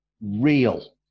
real